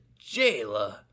Jayla